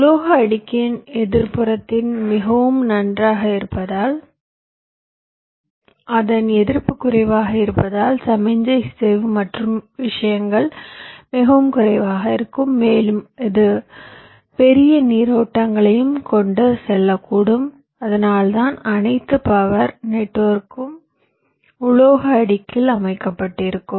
உலோக அடுக்கின் எதிர்ப்புத்திறன் மிகவும் நன்றாக இருப்பதால் அதன் எதிர்ப்பு குறைவாக இருப்பதால் சமிக்ஞை சிதைவு மற்ற விஷயங்கள் மிகவும் குறைவாக இருக்கும் மேலும் இது பெரிய நீரோட்டங்களையும் கொண்டு செல்லக்கூடும் அதனால்தான் அனைத்து பவர் நெட்வொர்க்குகளும் உலோக அடுக்கில் அமைக்கப்பட்டிருக்கும்